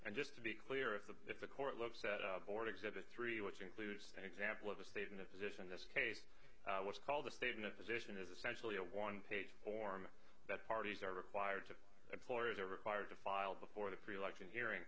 and just to be clear if the if the court looks at the board exhibit three which includes an example of a state in the position this case was called the statement position is essentially a one page form that parties are required to employers are required to file before the pre election hearing